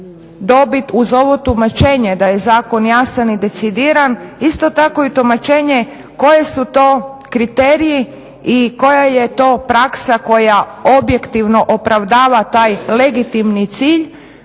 dobiti uz ovo tumačenje da je zakon jasan i decidiran isto tako i tumačenje koje su to kriteriji i koja je to praksa koja objektivno opravdava taj legitimni cilj